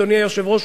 אדוני היושב-ראש,